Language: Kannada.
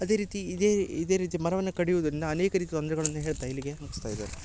ಅದೇ ರೀತಿ ಇದೇ ರೀ ಇದೇ ರೀತಿ ಮರವನ್ನ ಕಡಿಯುದರಿಂದ ಅನೇಕ ರೀತಿಯ ತೊಂದರೆಗಳನ್ನ ಹೇಳ್ತಾ ಇಲ್ಲಿಗೆ ಮುಗ್ಸ್ತಾ ಇದ್ದೇನೆ